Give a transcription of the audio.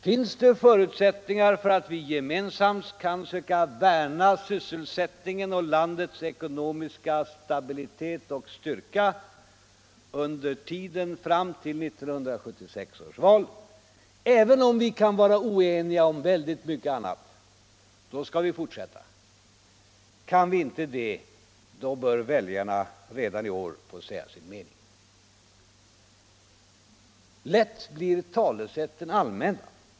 Finns det förutsättningar för att vi gemensamt kan söka värna sysselsättningen och landets ekonomiska stabilitet och styrka under tiden fram till 1976 års val, även om vi kan vara oeniga om mycket annat, då skall vi fortsätta. Kan vi det inte, då bör väljarna redan i år få säga sin mening. Lätt blir talesätten allmänna.